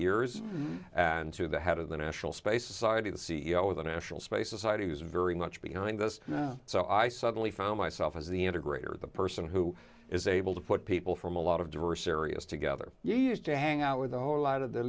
years and to the head of the national space society the c e o of the national space society who's very much behind us so i suddenly found myself as the integrator the person who is able put people from a lot of diverse areas together you used to hang out with a whole lot of the